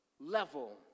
Level